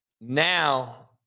now